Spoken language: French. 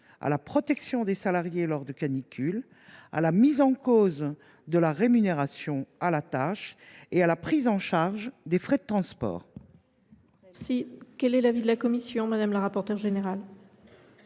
à la protection des salariés lors des canicules, à la remise en cause de la rémunération à la tâche et à la prise en charge des frais de transport.